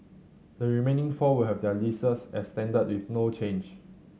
the remaining four will have their leases extended with no change